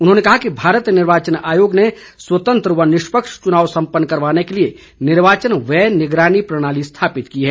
उन्होंने कहा कि भारत निर्वाचन आयोग ने स्वतंत्र व निष्पक्ष चुनाव सम्पन्न करवाने के लिए निर्वाचन व्यय निगरानी प्रणाली स्थापित की है